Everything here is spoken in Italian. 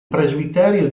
presbiterio